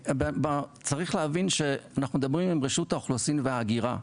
צריך להבין שאנחנו מדברים עם רשות האוכלוסין וההגירה.